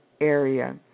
area